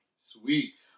sweet